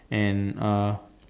and uh